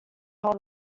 held